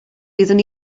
wyddwn